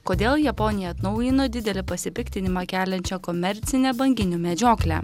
kodėl japonija atnaujino didelį pasipiktinimą keliančią komercinę banginių medžioklę